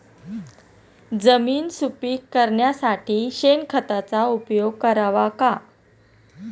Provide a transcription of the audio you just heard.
जमीन सुपीक करण्यासाठी शेणखताचा उपयोग करावा का?